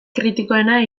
kritikoena